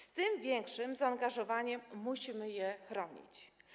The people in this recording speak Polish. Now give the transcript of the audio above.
Z tym większym zaangażowaniem musimy je chronić.